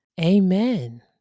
Amen